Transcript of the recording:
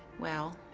well,